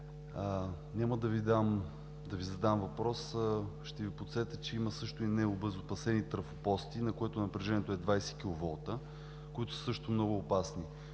няма да Ви задам въпрос, ще Ви подсетя, че има също и необезопасени трафопостове, на които напрежението е 20 киловолта, които са също много опасни.